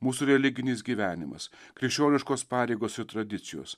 mūsų religinis gyvenimas krikščioniškos pareigos ir tradicijos